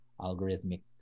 algorithmic